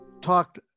talked